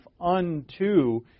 unto